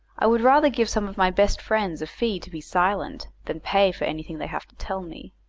i would rather give some of my best friends a fee to be silent, than pay for anything they have to tell me.